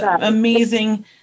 amazing